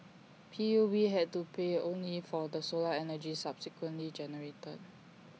P U B had to pay only for the solar energy subsequently generated